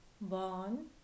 born